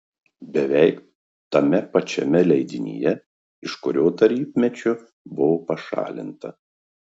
beveik tame pačiame leidinyje iš kurio tarybmečiu buvo pašalinta